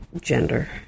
gender